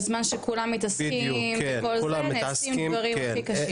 בזמן שכולם מתעסקים וכל זה נעשים דברים הכי קשים.